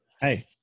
Hey